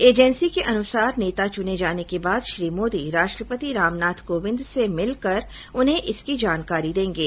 agency के अनुसार नेता चुने जाने के बाद श्री मोदी राष्ट्रपति रामनाथ कोविंद से मिलकर उन्हें इसकी जानकारी देंगे